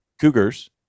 cougars